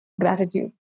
gratitude